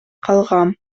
калгам